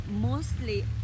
Mostly